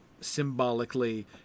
symbolically